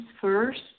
first